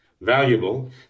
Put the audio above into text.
valuable